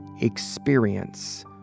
experience